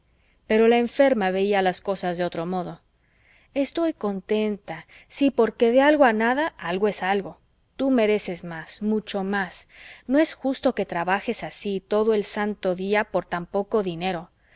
pero la enferma veía las cosas de otro modo estoy contenta sí porque de algo a nada algo es algo tú mereces más mucho mas no es justo que trabajes así todo el santo día por tan poco dinero